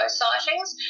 sightings